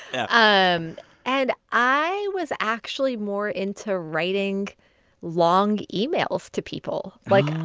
yeah um and i was actually more into writing long emails to people. like,